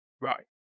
Right